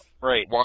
Right